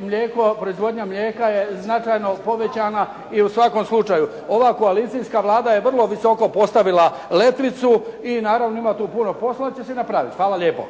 mlijeko, proizvodnja mlijeka je značajno povećana i u svakom slučaju. Ova koalicijska Vlada je vrlo visoko postavila ljestvicu, ima tu puno posla ali će se napraviti. Hvala lijepo.